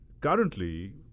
currently